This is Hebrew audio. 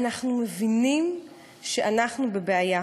אנחנו מבינים שאנחנו בבעיה.